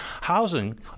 housing